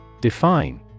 Define